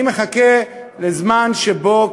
אני מחכה לזמן שבו,